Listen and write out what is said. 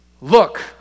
Look